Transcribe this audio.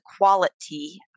quality